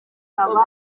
akaba